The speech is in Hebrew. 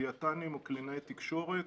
דיאטנים וקלינאי תקשורת.